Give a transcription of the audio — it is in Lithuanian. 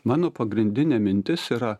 mano pagrindinė mintis yra